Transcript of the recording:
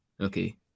Okay